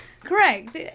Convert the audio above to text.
correct